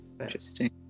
Interesting